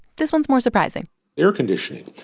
this one's more surprising air conditioning.